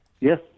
Yes